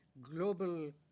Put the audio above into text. global